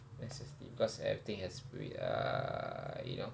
necessity because everything has err you know